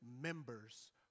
members